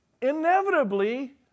inevitably